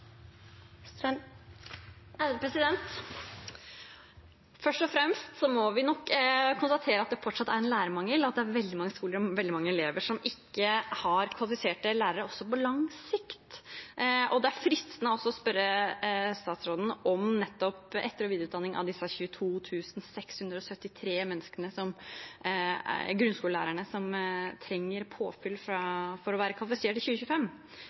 lærermangel, og at det er veldig mange skoler og veldig mange elever som ikke har kvalifiserte lærere, også på lang sikt. Det er fristende også å spørre statsråden om nettopp etter- og videreutdanning av de 22 673 grunnskolelærerne som trenger påfyll for å være kvalifisert i 2025.